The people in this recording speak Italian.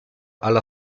alla